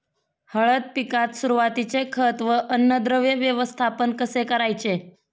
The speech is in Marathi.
हळद पिकात सुरुवातीचे खत व अन्नद्रव्य व्यवस्थापन कसे करायचे?